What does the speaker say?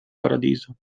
paradiso